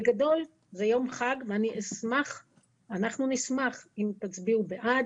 בגדול, זה יום חג, ואנחנו נשמח אם תצביעו בעד